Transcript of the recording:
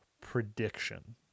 prediction